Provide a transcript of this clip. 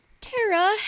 Tara